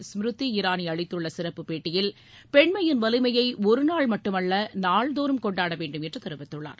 ஸ்மிருதி இராணி அளித்துள்ள சிறப்பு பேட்டியில் பெண்மையின் வலிமையை ஒருநாள் மட்டுமல்ல நாள்தோறும் கொண்டாட வேண்டும் என்று தெரிவித்துள்ளார்